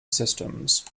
systems